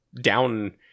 down